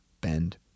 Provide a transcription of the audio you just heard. bend